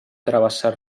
travessar